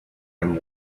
and